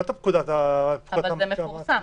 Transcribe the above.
לא את פקודת המטה הארצי.